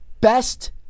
best